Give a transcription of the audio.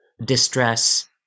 distress